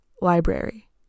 Library